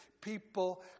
people